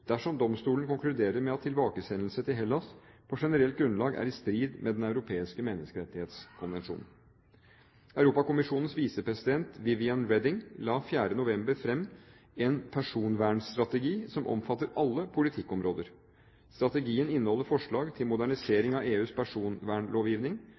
dersom domstolen konkluderer med at tilbakesendelse til Hellas på generelt grunnlag er i strid med Den europeiske menneskerettighetskonvensjonen. Europakommisjonens visepresident, Viviane Reding, la den 4. november fram en personvernstrategi som omfatter alle politikkområder. Strategien inneholder forslag til